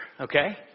Okay